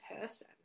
person